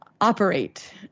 operate